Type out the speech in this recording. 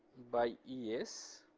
by yeah es